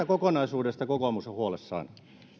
kokonaisuudesta kokoomus on huolissaan